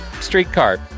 streetcar